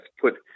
put